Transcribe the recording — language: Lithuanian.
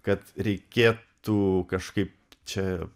kad reikėtų kažkaip čia